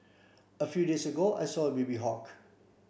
a few days ago I saw a baby hawk